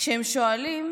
כשהם שואלים